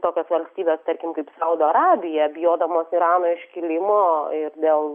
tokios valstybės tarkim kaip saudo arabija bijodamos irano iškilimo ir dėl